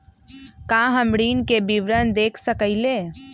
का हम ऋण के विवरण देख सकइले?